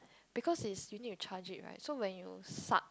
because is you need to charge it right so when you suck